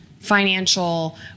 financial